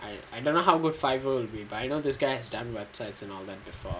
I don't know how good fibre will be but I know this guy has done websites and all that before